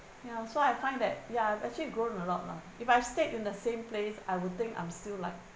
ya so I find that ya actually growing a lot lah if I've stayed in the same place I would think I'm still like